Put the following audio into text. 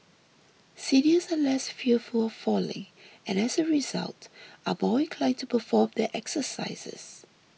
seniors are less fearful of falling and as a result are more inclined to perform their exercises